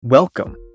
Welcome